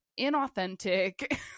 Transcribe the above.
inauthentic